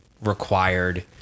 required